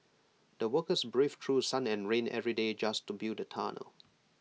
the workers braved through sun and rain every day just to build the tunnel